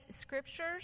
scriptures